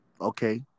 Okay